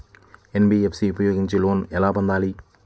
NBFC ఉపయోగించి loan ఎలా పొందాలి?